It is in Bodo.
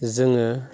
जोङो